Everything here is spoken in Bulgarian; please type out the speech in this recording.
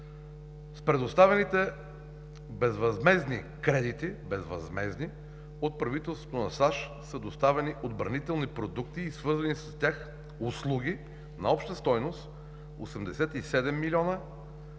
с предоставените безвъзмездни кредити, безвъзмездни, от правителството на САЩ са доставени отбранителни продукти и свързани с тях услуги на обща стойност 87 млн.